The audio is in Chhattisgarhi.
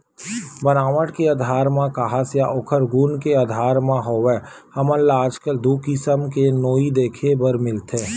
बनावट के आधार म काहस या ओखर गुन के आधार म होवय हमन ल आजकल दू किसम के नोई देखे बर मिलथे